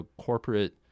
corporate